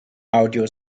audio